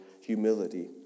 humility